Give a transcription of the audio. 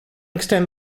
extend